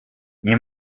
nie